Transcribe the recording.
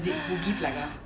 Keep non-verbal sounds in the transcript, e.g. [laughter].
[breath]